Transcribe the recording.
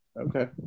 Okay